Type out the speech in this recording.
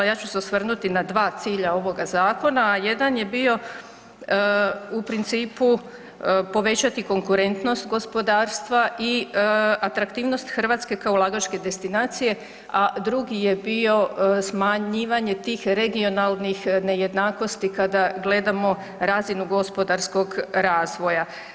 Ja ću se osvrnuti na 2 cilja ovoga zakona, a jedan je bio u principu povećati konkurentnost gospodarstva i atraktivnost Hrvatske kao ulagačke destinacije, a drugi je bio smanjivanje tih regionalnih nejednakosti kada gledamo razinu gospodarskog razvoja.